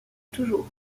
toujours